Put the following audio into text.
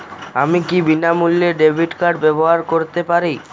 আমি কি বিনামূল্যে ডেবিট কার্ড ব্যাবহার করতে পারি?